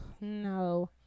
no